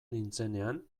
nintzenean